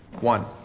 One